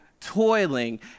toiling